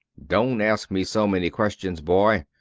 don't ask me so many questions, boy,